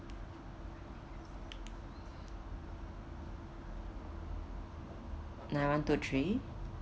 nine one two three